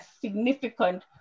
significant